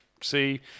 see